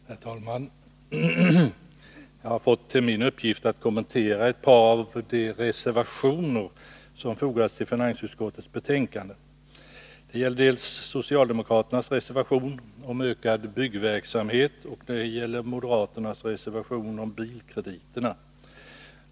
Herr talman! Jag har fått till uppgift att kommentera ett par av de reservationer som har fogats till finansutskottets betänkande. Det gäller dels socialdemokraternas reservation om ökad byggverksamhet, dels moderaternas reservation om bilkrediterna.